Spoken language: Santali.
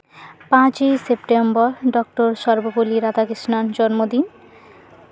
ᱯᱟᱸᱪᱮᱭ ᱥᱮᱯᱴᱮᱢᱵᱚᱨ ᱰᱚᱠᱴᱚᱨ ᱥᱚᱨᱵᱚᱯᱚᱞᱞᱤ ᱨᱟᱫᱷᱟ ᱠᱨᱤᱥᱱᱚᱱᱼᱟᱜ ᱡᱚᱱᱢᱚ ᱫᱤᱱ